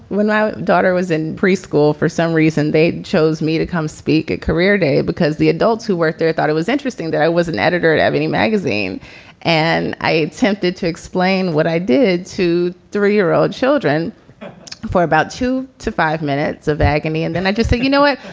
when my daughter was in preschool, for some reason they chose me to come speak at career day because the adults who worked there thought it was interesting that i was. and editor at any magazine and i attempted to explain what i did to three year old children for about two to five minutes of agony, and then i just thought, you know what?